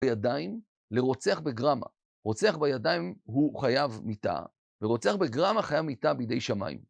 בידיים לרוצח בגרמה. רוצח בידיים הוא חייב מיתה, ורוצח בגרמה חייב מיתה בידי שמיים.